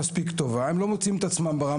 אחרי שלוש שנים מצאתי את עצמי